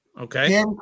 Okay